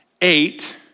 eight